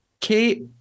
Kate